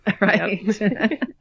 Right